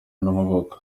n’amaboko